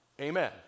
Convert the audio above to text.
Amen